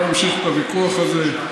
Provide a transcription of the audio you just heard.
אני לא אמשיך את הוויכוח הזה.